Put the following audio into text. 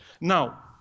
Now